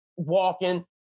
walking